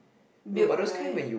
built right